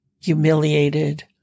humiliated